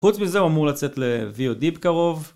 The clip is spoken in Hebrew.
חוץ מזה הוא אמור לצאת לVOD בקרוב